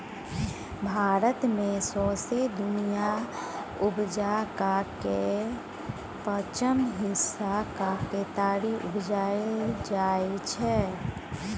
भारत मे सौंसे दुनियाँक उपजाक केर पाँचम हिस्साक केतारी उपजाएल जाइ छै